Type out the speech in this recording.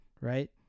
right